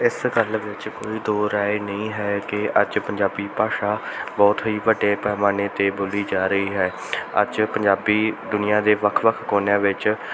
ਇਸ ਗੱਲ ਵਿੱਚ ਕੋਈ ਦੋ ਰਾਏ ਨਹੀਂ ਹੈ ਕਿ ਅੱਜ ਪੰਜਾਬੀ ਭਾਸ਼ਾ ਬਹੁਤ ਹੀ ਵੱਡੇ ਪੈਮਾਨੇ 'ਤੇ ਬੋਲੀ ਜਾ ਰਹੀ ਹੈ ਅੱਜ ਪੰਜਾਬੀ ਦੁਨੀਆਂ ਦੇ ਵੱਖ ਵੱਖ ਕੋਨਿਆਂ ਵਿੱਚ